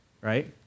right